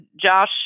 Josh